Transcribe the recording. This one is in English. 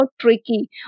tricky